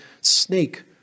snake